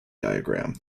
diagram